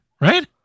right